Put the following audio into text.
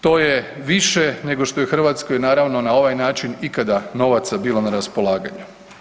To je više nego što je Hrvatskoj naravno na ovaj način ikada novaca bilo na raspolaganju.